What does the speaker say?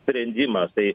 sprendimas tai